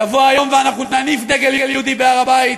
יבוא היום ואנחנו נניף דגל יהודי בהר-הבית,